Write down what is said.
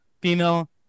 female